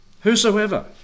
whosoever